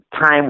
time